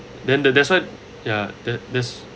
then the that's what ya th~ this